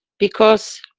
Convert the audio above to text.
because,